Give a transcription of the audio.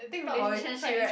talk about relationship right